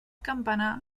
campanar